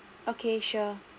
okay sure